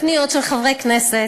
לא לפניות של חברי הכנסת,